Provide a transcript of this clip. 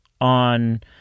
on